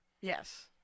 Yes